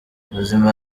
ruzima